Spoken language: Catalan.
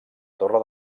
torre